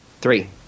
Three